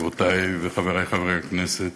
חברי וחברותי חברי הכנסת,